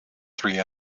three